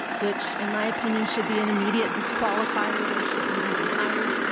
which in my opinion should be an immediate disqualifier. they shouldn't even be hired.